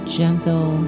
gentle